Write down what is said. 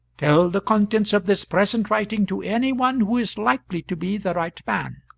tell the contents of this present writing to any one who is likely to be the right man.